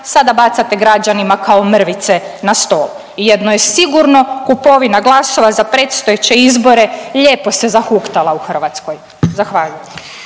sada bacate građanima kao mrvice na stol i jedno je sigurno kupovina glasova za predstojeće izbore lijepo se zahuktala u Hrvatskoj, zahvaljujem.